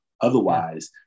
Otherwise